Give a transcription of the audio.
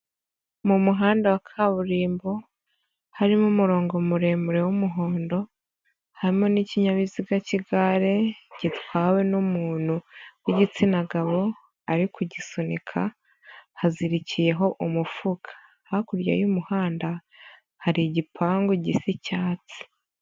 Mu muhanda wa kaburimbo harimo umurongo muremure w'umuhondo, harimo n'ikinyabiziga cy'igare gitwawe n'umuntu w'igitsina gabo, ari kugisunika hazirikiyeho umufuka, hakurya y'umuhanda hari igipangu gisa icyatsi.